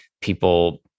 People